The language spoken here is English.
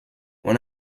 when